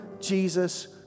Jesus